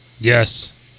Yes